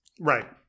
right